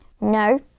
No